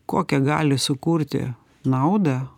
kokią gali sukurti naudą